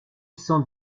cent